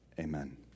Amen